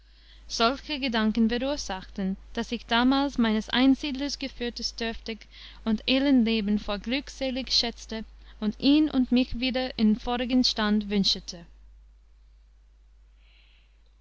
solche gedanken verursachten daß ich damals meines einsiedlers geführtes dörftig und elend leben vor glückselig schätzte und ihn und mich wieder in vorigen stand